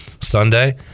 Sunday